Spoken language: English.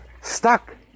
stuck